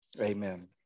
Amen